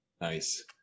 Nice